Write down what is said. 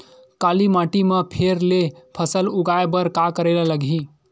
काली माटी म फेर ले फसल उगाए बर का करेला लगही?